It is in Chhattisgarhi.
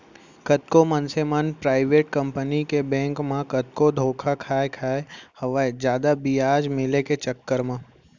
कतको मनसे मन पराइबेट कंपनी के बेंक मन म कतको धोखा खाय खाय हवय जादा बियाज मिले के चक्कर म